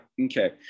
okay